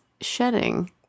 shedding